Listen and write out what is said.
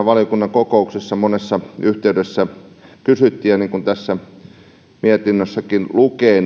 valiokunnan kokouksissa monessa yhteydessä kysyttiin ja niin kuin tässä mietinnössäkin lukee